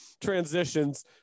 transitions